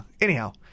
anyhow